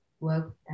work